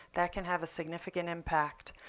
that can have a significant impact.